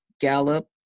Gallup